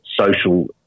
social